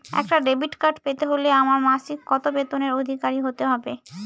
একটা debit card পেতে হলে আমার মাসিক কত বেতনের অধিকারি হতে হবে?